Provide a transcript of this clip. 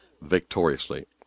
victoriously